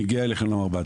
מגיע אליכם למרב"ד,